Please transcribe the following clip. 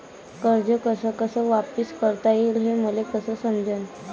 कर्ज कस कस वापिस करता येईन, हे मले कस समजनं?